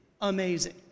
amazing